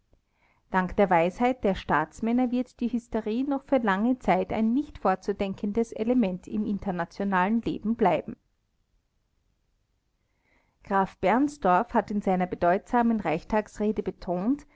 dank der weisheit der staatsmänner wird die hysterie noch für lange zeit ein nicht fortzudenkendes element im internationalen leben bleiben graf bernstorff hat in seiner bedeutsamen reichstagsrede betont